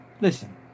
Listen